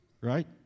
right